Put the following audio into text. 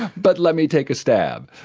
but let me take a stab.